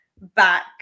back